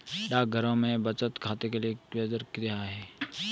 डाकघरों में बचत खाते के लिए ब्याज दर क्या है?